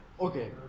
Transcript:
okay